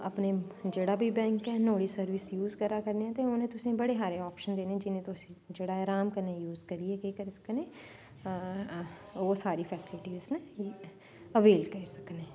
अपने जेह्ड़ा बी बैंक ऐ नोआड़ी सर्विस यूज करा करने ते उ'नें तुसें गी बड़े हारे आप्शन देने जिनें तुसें जेह्ड़ा अराम कन्नै यूज करियै केह् करी सकने ओह् सारी फैसलिटिज न अवेल करी सकने